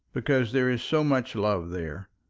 because there is so much love there.